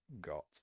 got